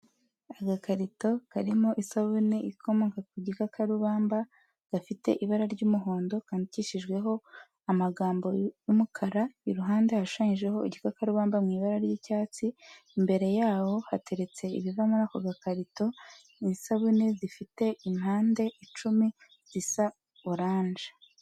Agakarito karimo isabune ikomoka ku gikakarubamba gafite ibara ry'umuhondo kandikishijweho amagambo y'umukara, iruhande hashushanyijeho igikakarubamba mu ibara ry'icyatsi, imbere yaho hateretse ibiva muri ako gakarito, ni isabune zifite impande icumi zisa orange.